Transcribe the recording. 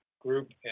group